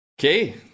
okay